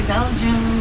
Belgium